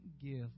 give